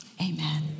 amen